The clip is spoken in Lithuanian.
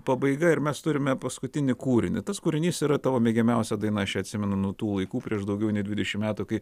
pabaiga ir mes turime paskutinį kūrinį tas kūrinys yra tavo mėgiamiausia daina aš ją atsimenu nuo tų laikų prieš daugiau nei dvidešim metų kai